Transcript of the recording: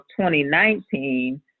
2019